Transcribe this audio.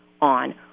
on